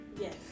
Yes